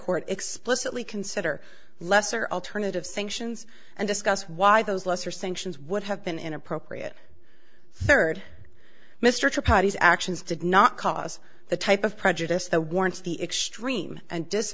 court explicitly consider lesser alternative sanctions and discuss why those lesser sanctions would have been inappropriate third mr peabody's actions did not cause the type of prejudice that warrants the extreme and